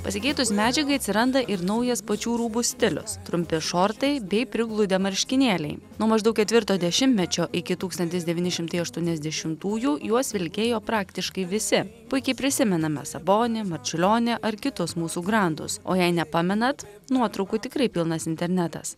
pasikeitus medžiagai atsiranda ir naujas pačių rūbų stilius trumpi šortai bei prigludę marškinėliai nuo maždaug ketvirto dešimtmečio iki tūkstantis devyni šimtai aštuoniasdešimtųjų juos vilkėjo praktiškai visi puikiai prisimename sabonį marčiulionį ar kitus mūsų grandus o jei nepamenat nuotraukų tikrai pilnas internetas